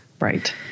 Right